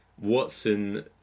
Watson